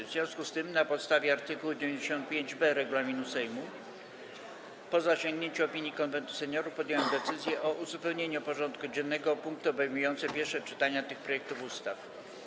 W związku z tym, na podstawie art. 95b regulaminu Sejmu, po zasięgnięciu opinii Konwentu Seniorów, podjąłem decyzję o uzupełnieniu porządku dziennego o punkty obejmujące pierwsze czytania tych projektów ustaw.